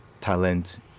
talent